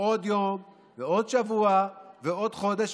ועוד יום ועוד שבוע ועוד חודש.